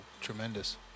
tremendous